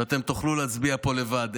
ואתם תוכלו להצביע פה לבד,